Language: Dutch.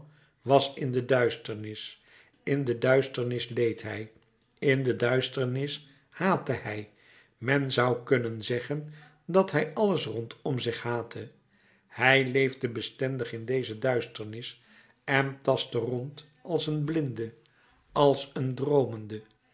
was in de duisternis in de duisternis leed hij in de duisternis haatte hij men zou kunnen zeggen dat hij alles rondom zich haatte hij leefde bestendig in deze duisternis en tastte rond als een blinde als een droomende